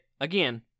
again